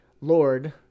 Lord